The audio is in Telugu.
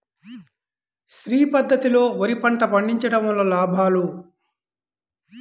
శ్రీ పద్ధతిలో వరి పంట పండించడం వలన లాభాలు?